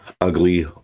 ugly